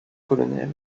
colonel